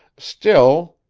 still,